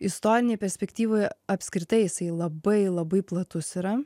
istorinėj perspektyvoje apskritai jisai labai labai platus yra